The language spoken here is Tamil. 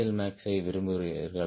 எல்மாக்ஸை விரும்புகிறீர்கள்